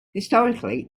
historically